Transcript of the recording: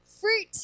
fruit